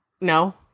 no